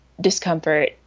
discomfort